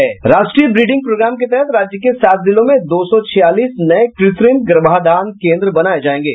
राष्ट्रीय breeding programme के तहत राज्य के सात जिलों में दो सौ छियालीस नये कृत्रिम गर्भाधान केन्द्र बनाये जायेंगे